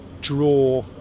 draw